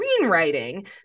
screenwriting